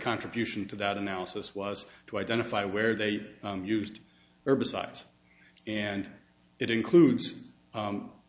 contribution to that analysis was to identify where they used herbicides and it includes